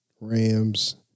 Rams